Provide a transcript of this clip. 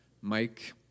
Mike